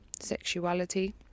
sexuality